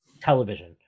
television